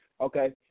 Okay